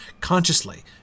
consciously